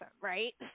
right